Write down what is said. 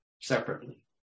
separately